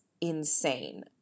insane